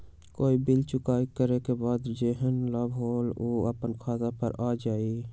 कोई बिल चुकाई करे के बाद जेहन लाभ होल उ अपने खाता पर आ जाई?